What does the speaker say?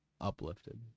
uplifted